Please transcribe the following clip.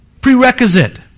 prerequisite